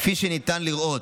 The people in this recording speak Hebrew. כפי שניתן לראות,